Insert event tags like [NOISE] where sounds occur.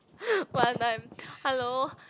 [BREATH] one time hello